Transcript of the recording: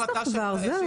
זאת החלטה של הוועדה.